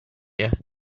year